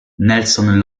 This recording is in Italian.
nelson